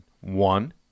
one